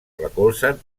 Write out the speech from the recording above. recolzen